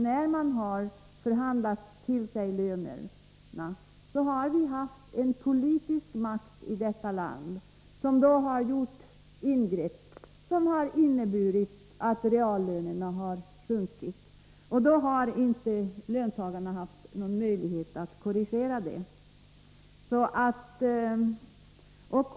När man förhandlat till sig löner har den politiska makt vi haft i detta land gjort ingrepp som inneburit att reallönerna har sjunkit. Då har inte löntagarna haft någon möjlighet att korrigera det.